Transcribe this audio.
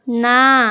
ନା